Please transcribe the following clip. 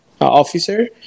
officer